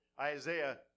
Isaiah